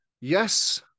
Yes